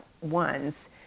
ones